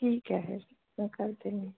ਠੀਕ ਹੈ ਫਿਰ ਮੈਂ ਕਰ ਦਿੰਦੀ